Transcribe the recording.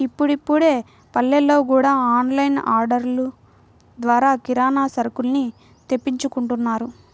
ఇప్పుడిప్పుడే పల్లెల్లో గూడా ఆన్ లైన్ ఆర్డర్లు ద్వారా కిరానా సరుకుల్ని తెప్పించుకుంటున్నారు